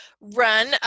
run